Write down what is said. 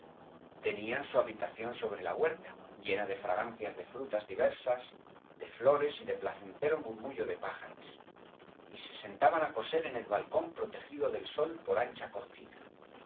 tenían su habitación sobre la huerta llena de fragancias de frutas diversas de flores y de placentero murmullo de pájaros y se sentaban á coser en el balcón protegido del sol por ancha cortina